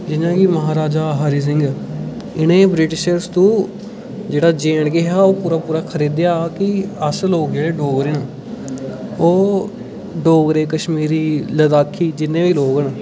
जि'यां क महाराजा हरि सिंह इन्ने ब्रिटिश तू जेह्ड़ा जे ऐंड के हा ओह् इ'नें पूरा पूरा खरीदेआ कि अस लोक जेह्ड़े डोगरे आं ओह् डोगरे कश्मीरी लद्दाखी जिन्ने बी लोक न